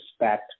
respect